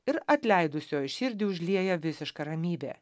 ir atleidusiojo širdį užlieja visiška ramybė